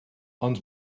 ond